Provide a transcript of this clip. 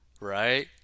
Right